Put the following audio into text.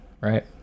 right